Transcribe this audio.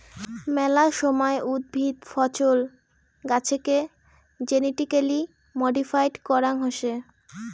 মেলা সময় উদ্ভিদ, ফছল, গাছেকে জেনেটিক্যালি মডিফাইড করাং হসে